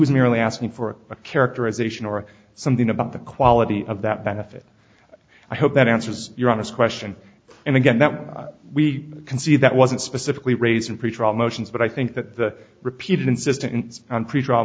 was merely asking for a characterization or something about the quality of that benefit i hope that answers your honest question and again that we can see that wasn't specifically raised in pretrial motions but i think that the repeated insistence on pre